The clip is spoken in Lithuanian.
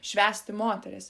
švęsti moteris